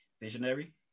visionary